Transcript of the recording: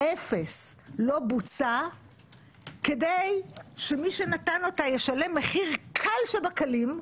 אפס לא בוצע כדי שמי שנתן אותה ישלם מחיר קל שבקלים,